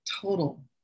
total